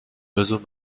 oiseaux